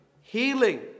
healing